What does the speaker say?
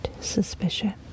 suspicion